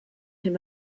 him